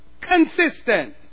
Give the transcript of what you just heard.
consistent